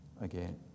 again